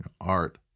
art